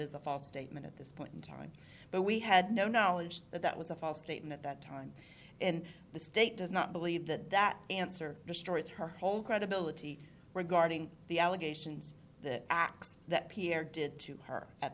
is a false statement at this point in time but we had no knowledge that that was a false statement at that time and the state does not believe that that answer destroyed her whole credibility regarding the allegations the acts that pierre did to her at